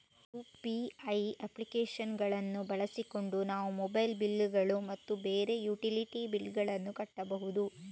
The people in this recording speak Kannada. ಯು.ಪಿ.ಐ ಅಪ್ಲಿಕೇಶನ್ ಗಳನ್ನು ಬಳಸಿಕೊಂಡು ನಾವು ಮೊಬೈಲ್ ಬಿಲ್ ಗಳು ಮತ್ತು ಬೇರೆ ಯುಟಿಲಿಟಿ ಬಿಲ್ ಗಳನ್ನು ಕಟ್ಟಬಹುದು